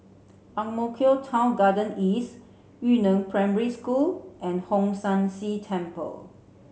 Ang Mo Kio Town Garden East Yu Neng Primary School and Hong San See Temple